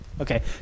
Okay